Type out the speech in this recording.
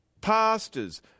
pastors